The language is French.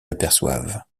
aperçoivent